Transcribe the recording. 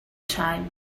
time